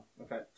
Okay